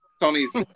Tony's